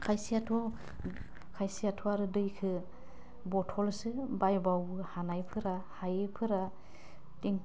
खायसेआथ' खायसेआथ' आरो दैखो बथलसो बायबावो हानायफोरा हायैफोरा दिं